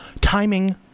timing